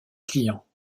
clients